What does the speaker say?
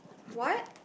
what